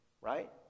right